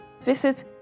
visit